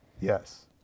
Yes